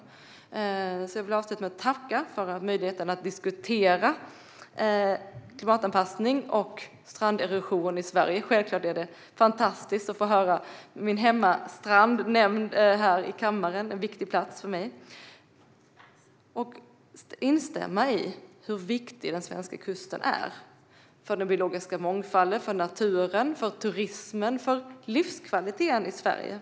Jag vill därför avsluta med att tacka för möjligheten att diskutera klimatanpassning och stranderosion i Sverige. Det är såklart också fantastiskt att få höra min hemmastrand nämnas här i kammaren. Den är en viktig plats för mig. Jag håller med om att den svenska kusten är viktig - för den biologiska mångfalden, för naturen, för turismen och för livskvaliteten i Sverige.